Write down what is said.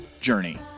journey